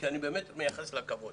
כי אני באמת מייחס לה כבוד